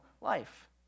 life